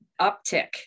uptick